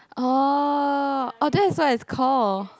oh oh that is what it's call